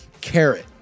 Carrot